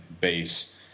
base